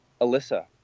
Alyssa